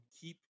keep